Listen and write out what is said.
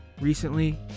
Recently